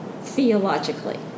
theologically